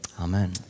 Amen